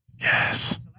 Yes